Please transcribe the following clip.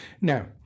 Now